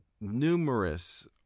numerous